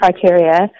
criteria